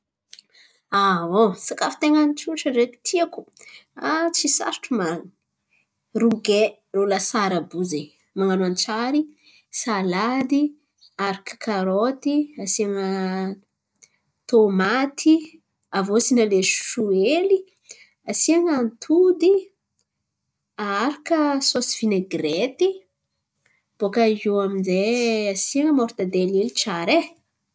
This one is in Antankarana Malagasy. sakafo ten̈a ny tsotra ndreky tiako tsy sarotro marin̈y. Rogay irô lasary àby io zen̈y. Man̈ano antsiary, salady, aharaka karôty asian̈a tômaty aviô asian̈a leso hely, asian̈a antody, aharaka sôsy vinaigirety bòka iô aminjay asian̈a môritadely hely. Tsara e!